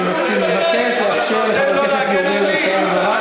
אני מבקש לאפשר לחבר הכנסת יוגב לסיים את דבריו,